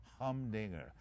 Humdinger